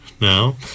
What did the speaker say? now